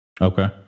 Okay